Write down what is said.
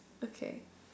okay